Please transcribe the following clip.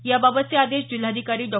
याबाबतचे आदेश जिल्हादंडाधिकारी डॉ